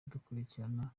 dukurikirana